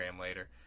later